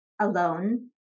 alone